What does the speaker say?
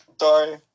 sorry